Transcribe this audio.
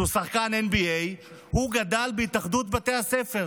שהוא שחקן NBA, הוא גדל בהתאחדות בתי הספר.